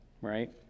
right